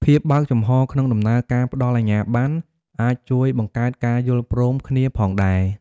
ភាពបើកចំហក្នុងដំណើរការផ្តល់អាជ្ញាបណ្ណ អាចជួយបង្កើតការយល់ព្រមគ្នាផងដែរ។